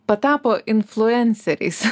patapo influenceriais